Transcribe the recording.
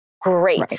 Great